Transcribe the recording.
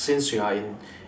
since you are in